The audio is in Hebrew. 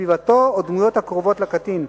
סביבתו או דמויות הקרובות לקטין.